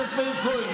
מגילת העצמאות,